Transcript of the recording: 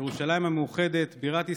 ירושלים המאוחדת, בירת ישראל,